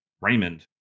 Raymond